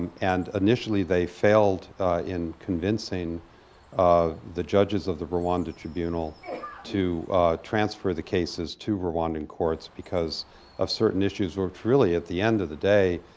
um and initially, they failed in convincing the judges of the rwanda tribunal to transfer the cases to rwandan courts because of certain issues, which really, at the end of the day,